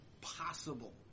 possible